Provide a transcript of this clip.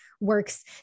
works